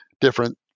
different